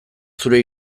zure